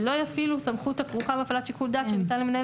ולא יפעילו סמכות הכרוכה בהפעלת שיקול דעת שניתן למנהל